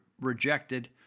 rejected